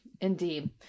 Indeed